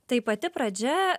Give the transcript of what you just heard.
tai pati pradžia